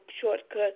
shortcut